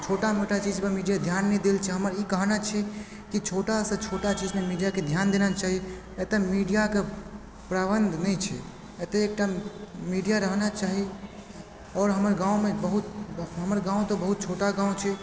छोटा मोटा चीजपर मीडिया ध्यान नहि दै लए चाहय छै हमर ई कहने छै कि छोटा सँ छोटा चीजमे मीडियाके ध्यान देना चाही एतऽ मीडियाके प्रबन्ध नहि छै एतऽ एक टा मीडिया रहना चाही आओर हमर गाँवमे बहुत हमर गाँव तऽ बहुत छोटा गाँव छै